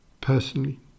personally